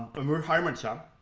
omur harmansah,